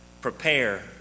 prepare